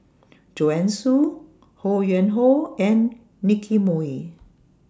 Joanne Soo Ho Yuen Hoe and Nicky Moey